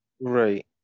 Right